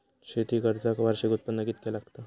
शेती कर्जाक वार्षिक उत्पन्न कितक्या लागता?